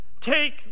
Take